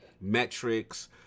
Metrics